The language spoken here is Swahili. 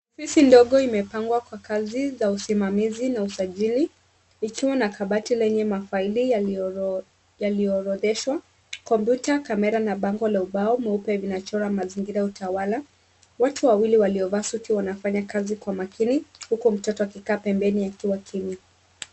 Ofisi ndogo imepangwa kwa kazi za usimamizi la usajili ikiwa na kabati lenye mafaili yaliyoorodheshwa. Komputa, kamera na bango la ubao mweupe vinachora mazingira ya utawala, watu wawili waliovaa suti wanafanya kazi kwa makini huku mtoto akikaa pembeni akiwa kimya.